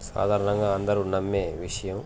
సాధారణంగా అందరూ నమ్మే విషయం